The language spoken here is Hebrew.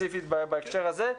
ספציפית בהקשר הזה.